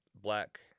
black